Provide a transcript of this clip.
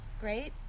great